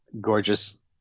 gorgeous